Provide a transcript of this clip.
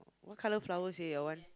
what colour flowers your one